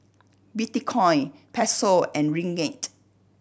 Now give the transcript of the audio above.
Bitcoin Peso and Ringgit